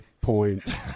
point